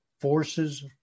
forces